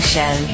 Show